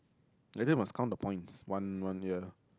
like that must count the points one one yeah